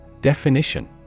Definition